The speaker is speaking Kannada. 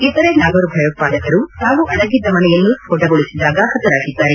ಇತರೆ ನಾಲ್ವರು ಭಯೋತ್ವಾದಕರು ತಾವು ಅಡಗಿದ್ದ ಮನೆಯನ್ನು ಸ್ವೋಟಗೊಳಿಸಿದಾಗ ಹತರಾಗಿದ್ದಾರೆ